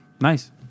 Nice